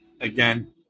Again